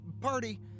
party